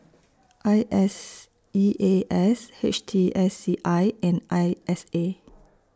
I S E A S H T S C I and I S A